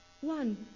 One